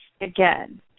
again